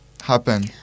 happen